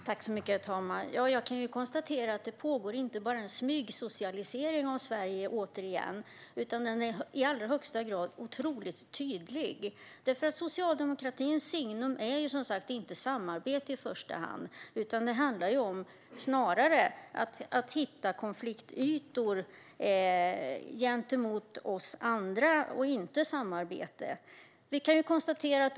Herr talman! Det pågår ingen smygsocialisering av Sverige, utan den är väldigt tydlig. Socialdemokratins signum är som sagt inte samarbete i första hand. Det handlar snarare om att hitta konfliktytor gentemot oss andra.